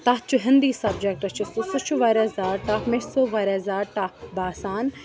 تَتھ چھُ ہِنٛدی سَبجَکٹ چھُ سُہ سُہ چھُ واریاہ زیادٕ ٹف مےٚ چھِ سُہ واریاہ زیادٕ ٹف باسان